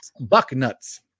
Bucknuts